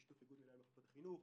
בשיתוף עם איגוד מנהלי מחלקות החינוך,